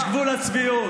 יש גבול לצביעות.